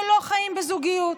שלא חיים בזוגיות.